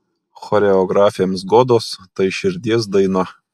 choreografėms godos tai širdies daina